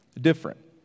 different